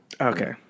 Okay